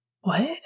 What